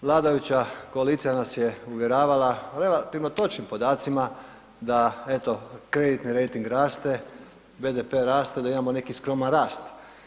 Vladajuća koalicija nas je uvjeravala relativno točnim podacima, da eto kreditni rejting raste, BDP raste, da imamo neki skroman rast.